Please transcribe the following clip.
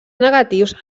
negatius